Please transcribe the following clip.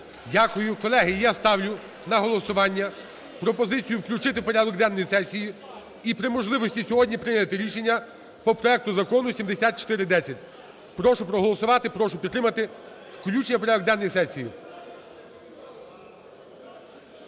Дякую. Колеги, я ставлю на голосування пропозицію включити в порядок денний сесії і при можливості сьогодні прийняти рішення по проекту Закону 7410. Прошу проголосувати. Прошу підтримати включення в порядок денний сесії.